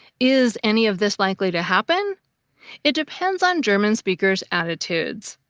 is any of this likely to happen it depends on german speakers' attitudes.